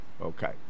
Okay